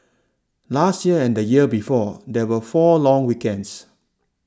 last year and the year before there were four long weekends